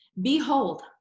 Behold